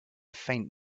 faint